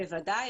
בוודאי.